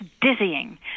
dizzying